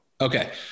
Okay